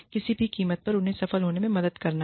किसी भी कीमत पर उन्हें सफल होने में मदद करना है